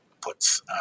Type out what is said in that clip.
puts